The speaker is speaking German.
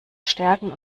stärken